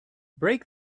break